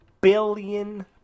billion